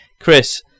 Chris